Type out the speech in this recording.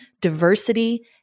diversity